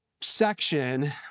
section